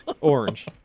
Orange